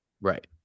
Right